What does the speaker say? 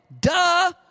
Duh